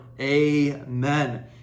Amen